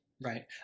Right